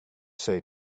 say